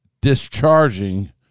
discharging